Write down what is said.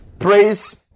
Praise